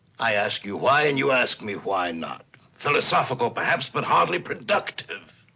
i ask you, why? and you ask me, why not? philosophical, perhaps, but hardly productive.